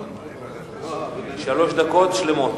בן-ארי, שלוש דקות שלמות.